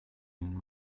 nun